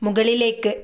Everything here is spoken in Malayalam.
മുകളിലേക്ക്